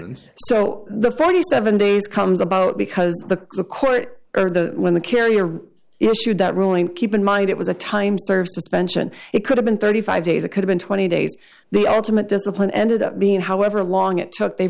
and so the forty seven days comes about because the a court or the when the carrier issued that ruling keep in mind it was a time served suspension it could have been thirty five days it could've been twenty days the ultimate discipline ended up being however long it took they